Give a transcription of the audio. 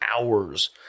hours